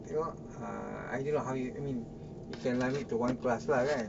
tengok uh I don't know how you I mean you can limit to one class lah kan